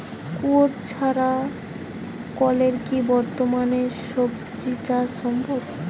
কুয়োর ছাড়া কলের কি বর্তমানে শ্বজিচাষ সম্ভব?